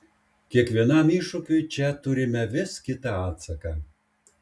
kiekvienam iššūkiui čia turime vis kitą atsaką